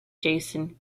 jason